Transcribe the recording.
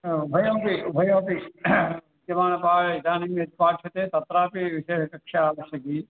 हा उभयमपि उभयमपि विद्यमानं पा इदानीं यत् पाठ्यते तत्रापि विशेषकक्षा आवश्यकी